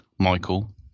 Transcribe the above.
Michael